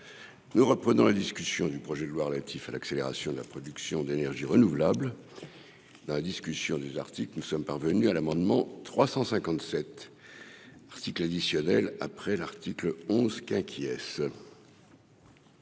nous reprenons la discussion du projet de loi relatif à l'accélération de la production d'énergies renouvelables dans la discussion des articles que nous sommes parvenus à l'amendement 357 article additionnel après l'article 11 qui est-ce.